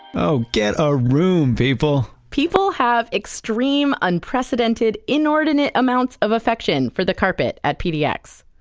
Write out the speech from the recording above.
oh, get a room, people people have extreme, unprecedented, inordinate amounts of affection for the carpet at pdx.